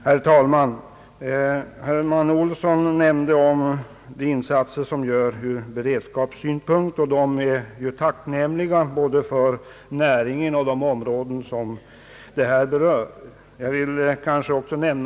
Herr talman! Herr Manne Olsson nämnde de insatser som görs ur beredskapssynpunkt, och de är tacknämliga både för näringen och för de områden som här berörs.